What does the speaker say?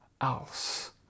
else